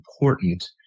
important